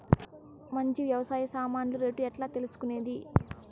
మంచి వ్యవసాయ సామాన్లు రేట్లు ఎట్లా తెలుసుకునేది?